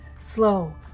slow